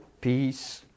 peace